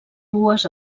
dues